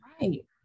right